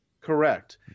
Correct